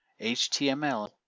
html